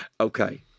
Okay